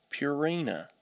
Purina